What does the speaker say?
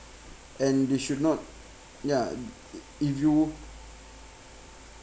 and they should not ya if if you